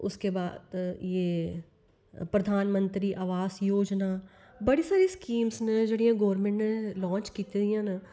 उसके बाद यह प्रधानमंत्री आवास योजना बड़ी सारी स्कीम्स न जेह्ड़ियां गौरमेंट ने लांच कीती दियां न